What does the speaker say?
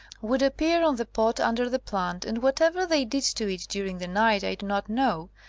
would appear on the pot under the plant and whatever they did to it during the night i do not know,